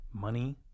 Money